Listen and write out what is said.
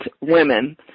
women